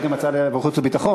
יש גם הצעה: לחוץ וביטחון.